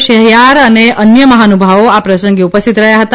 શહરયાર અને અન્ય મહાનુભાવો આ પ્રસંગે ઉપસ્થિત રહ્યા હતા